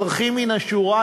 אזרחים מן השורה,